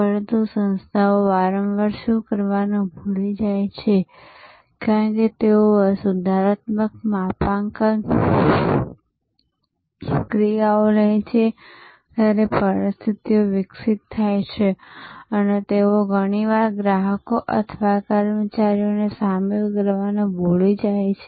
પરંતુ સંસ્થાઓ વારંવાર શું કરવાનું ભૂલી જાય છે કારણ કે તેઓ સુધારાત્મક માપાંકન ક્રિયાઓ લે છે ત્યારે પરિસ્થિતિઓ વિકસિત થાય છે તેઓ ઘણીવાર ગ્રાહકો અથવા કર્મચારીઓને સામેલ કરવાનું ભૂલી જાય છે